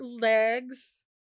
legs